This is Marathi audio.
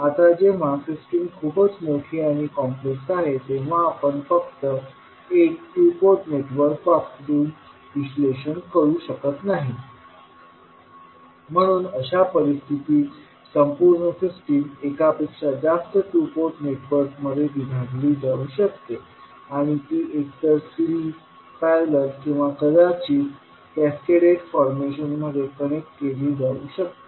आता जेव्हा सिस्टम खूपच मोठी आणि कॉम्प्लेक्स आहे तेव्हा आपण फक्त एक टू पोर्ट नेटवर्क वापरून विश्लेषण करू शकत नाही म्हणून अशा परिस्थितीत संपूर्ण सिस्टम एका पेक्षा जास्त टू पोर्ट नेटवर्कमध्ये विभागली जाऊ शकते आणि ती एकतर सिरीज पॅरलल किंवा कदाचित कॅस्कॅडेड फॉर्मेशन मध्ये कनेक्ट केली जाऊ शकते